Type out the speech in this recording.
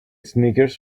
sneakers